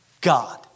God